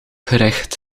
gerecht